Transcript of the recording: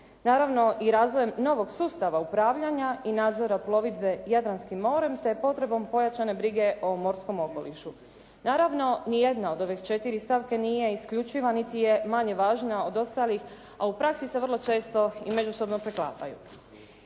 naravno i razvojem novog sustava upravljanja i nadzora plovidbe Jadranskim morem te potrebom pojačane brige o morskom okolišu. Naravno ni jedna od ove četiri stavke nije isključiva niti je manje važna od ostalih, a u praksi se vrlo često i međusobno preklapaju.